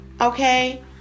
okay